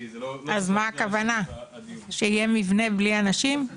אז מה הכוונה, שיהיה מבנה בלי אנשים?